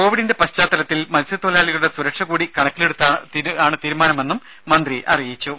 കോവിഡിന്റെ പശ്ചാത്തലത്തിൽ മത്സ്യത്തൊഴിലാളികളുടെ സുരക്ഷ കൂടി കണക്കിലെടുത്താണ് തീരുമാനമെന്നും മന്ത്രി പറഞ്ഞു